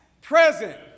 present